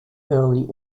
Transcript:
early